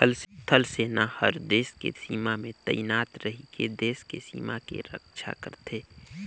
थल सेना हर देस के सीमा में तइनात रहिके देस के सीमा के रक्छा करथे